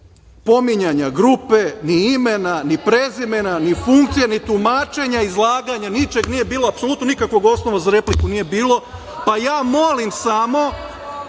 bilo pominjanja grupe ni imena, ni prezimena ni funkcije, ni tumačenja, ni izlaganja, ničeg nije bilo, nikakvog osnova za repliku, pa ja molim samo